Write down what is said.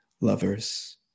lovers